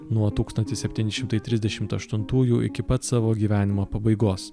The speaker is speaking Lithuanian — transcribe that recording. nuo tūkstantis septyni šimtai trisdešimt aštuntųjų iki pat savo gyvenimo pabaigos